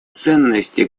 ценности